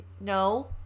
no